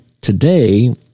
today